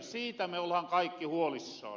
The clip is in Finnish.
siitä me ollahan kaikki huolissaan